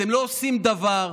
אתם לא עושים דבר.